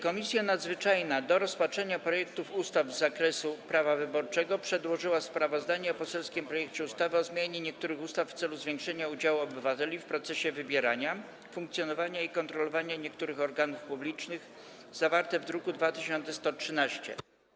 Komisja Nadzwyczajna do rozpatrzenia projektów ustaw z zakresu prawa wyborczego przedłożyła sprawozdanie o poselskim projekcie ustawy o zmianie niektórych ustaw w celu zwiększenia udziału obywateli w procesie wybierania, funkcjonowania i kontrolowania niektórych organów publicznych, zawarte w druku nr 2113.